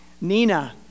Nina